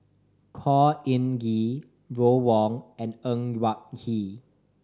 Khor Ean Ghee Ron Wong and Ng Yak Whee